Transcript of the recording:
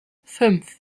fünf